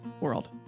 world